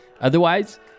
Otherwise